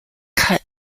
cut